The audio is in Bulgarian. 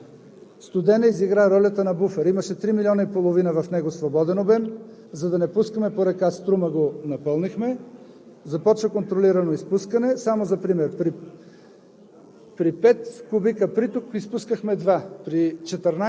Язовир „Боровица“ е пълен, а в „Студена“ знаете какво стана. „Студена“ изигра ролята на буфер. В него имаше три милиона и половина свободен обем, а за да не пускаме по река Струма, го напълнихме и започна контролирано изпускане. Само за пример